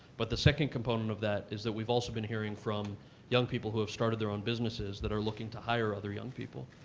but the second component of that is that we've also been hearing from young people who have started their own businesses that are looking to hire other young people.